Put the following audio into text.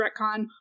retcon